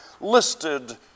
listed